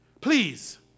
please